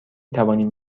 توانیم